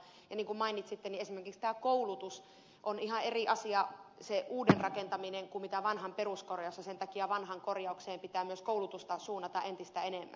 niin kuin mainitsitte esimerkiksi tämän koulutuksen osalta on ihan eri asia se uuden rakentaminen kuin vanhan peruskorjaus ja sen takia vanhan korjaukseen pitää myös koulutusta suunnata entistä enemmän